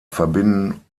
verbinden